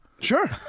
Sure